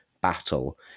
battle